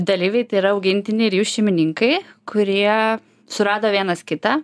dalyviai tai yra augintiniai ir jų šeimininkai kurie surado vienas kitą